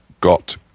got